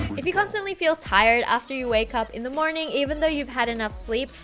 if you constantly feel tired after you wake up in the morning, even though you've had enough sleep,